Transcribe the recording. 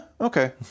okay